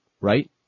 Right